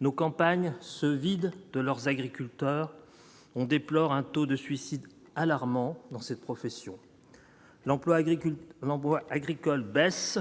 nos campagnes se vident de leurs agriculteurs, on déplore un taux de suicide alarmant dans cette profession : l'emploi agricole : l'emploi agricole baisse